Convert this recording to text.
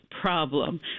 problem